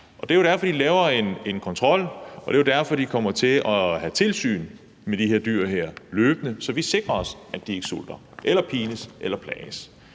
Og det er jo derfor, de laver en kontrol; det er jo derfor, de kommer til løbende at have tilsyn med de her dyr, så vi sikrer os, at de ikke sulter eller pines eller plages,